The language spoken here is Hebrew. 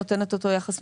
שנותן אותו יחס,